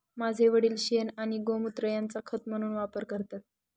माझे वडील शेण आणि गोमुत्र यांचा खत म्हणून वापर करतात